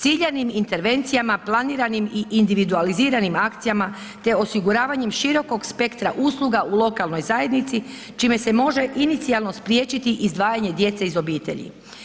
Ciljanim intervencijama, planiranim i individualiziranim akcijama, te osiguravanjem širokog spektra usluga u lokalnoj zajednici, čime se može inicijalno spriječiti izdvajanje djece iz obitelji.